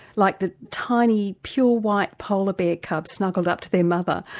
like the tiny pure white polar bear cubs snuggled up to their mother.